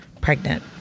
pregnant